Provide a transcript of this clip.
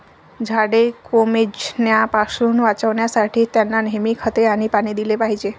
झाडे कोमेजण्यापासून वाचवण्यासाठी, त्यांना नेहमी खते आणि पाणी दिले पाहिजे